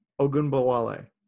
Ogunbowale